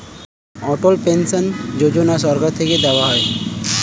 অটল pension Yojana সরকার থেকে দেওয়া হয়